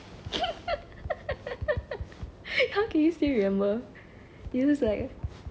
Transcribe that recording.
how can you still remember it was like